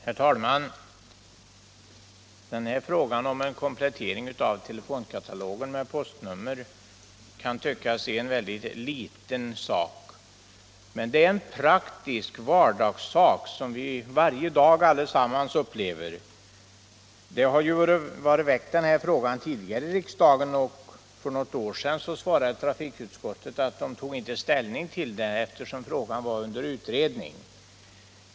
Herr talman! Den här frågan om en komplettering av telefonkatalogen med postnummer kan tyckas vara en väldigt liten sak. Men det är en praktisk vardagssak som vi varje dag allesammans upplever. Frågan har ju väckts tidigare i riksdagen, och för något år sedan svarade trafikutskottet att man inte tog ställning till frågan eftersom den var under utredning.